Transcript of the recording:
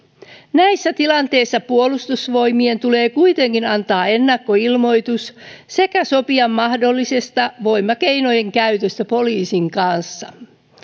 näissä tilanteissa puolustusvoimien tulee kuitenkin antaa ennakkoilmoitus sekä sopia mahdollisesta voimakeinojen käytöstä poliisin kanssa